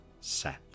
set